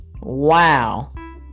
wow